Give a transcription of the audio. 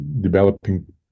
developing